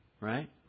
right